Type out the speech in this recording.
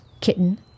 kitten